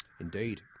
Indeed